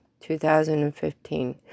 2015